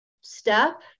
step